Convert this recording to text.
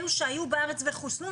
אלו שהיו בארץ וחוסנו,